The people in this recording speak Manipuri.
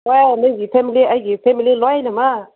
ꯍꯣꯏ ꯅꯪꯒꯤ ꯐꯦꯃꯤꯂꯤ ꯑꯩꯒꯤ ꯐꯦꯃꯤꯂꯤ ꯂꯣꯏꯅꯃꯛ